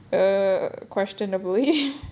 err questionably